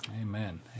Amen